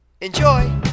Enjoy